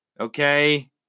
Okay